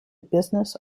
business